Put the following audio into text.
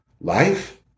life